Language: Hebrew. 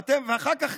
ואחר כך